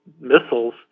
missiles